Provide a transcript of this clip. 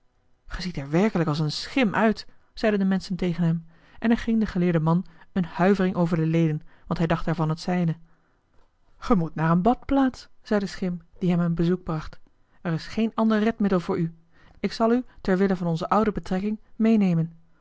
ziet er werkelijk als een schim uit zeiden de menschen tegen hem en er ging den geleerden man een huivering over de leden want hij dacht daarvan het zijne ge moet naar een badplaats zei de schim die hem een bezoek bracht er is geen ander redmiddel voor u ik zal u ter wille van onze oude betrekking meenemen